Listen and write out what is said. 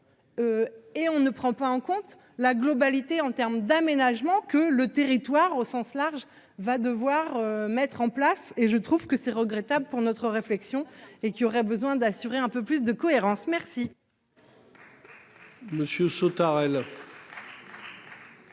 Et on ne prend pas en compte la globalité en termes d'aménagement que le territoire au sens large va devoir mettre en place et je trouve que c'est regrettable pour notre réflexion et qui auraient besoin d'assurer un peu plus de cohérence. Merci.